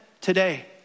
today